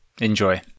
Enjoy